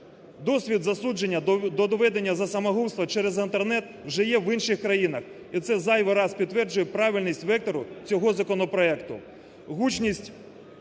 Досвід засудження до доведення за самогубства через Інтернет вже є в інших країнах, і це зайвий раз підтверджує правильність вектору цього законопроекту.